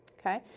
okay?